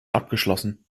abgeschlossen